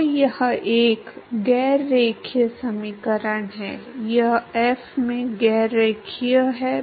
तो यह एक बिंदु होगा कि यह कितना है 1328 घटा 1 बटा 2 ठीक है